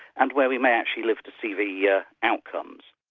and where we may actually live to see the yeah outcomes.